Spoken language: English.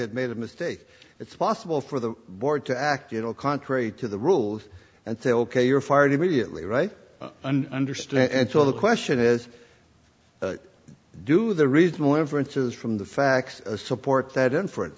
had made a mistake it's possible for the board to act you know contrary to the rules and say ok you're fired immediately right and understand until the question is do the reasonable inferences from the facts support that in